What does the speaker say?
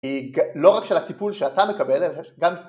לא רק של הטיפול שאתה מקבל, אלא גם